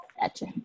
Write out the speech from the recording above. gotcha